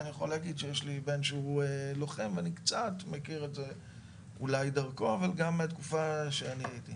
יש לי בן לוחם ואני מכיר את זה קצת דרכו וגם מהתקופה שאני הייתי חייל.